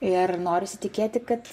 ir norisi tikėti kad